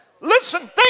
Listen